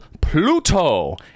Pluto